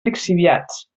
lixiviats